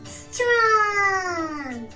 strong